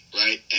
right